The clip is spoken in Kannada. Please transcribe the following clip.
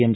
ಎಂ